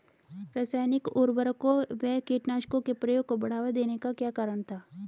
रासायनिक उर्वरकों व कीटनाशकों के प्रयोग को बढ़ावा देने का क्या कारण था?